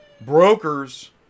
brokers